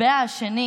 הצד השני